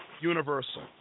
Universal